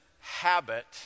habit